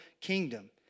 kingdom